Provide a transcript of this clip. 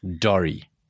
Dory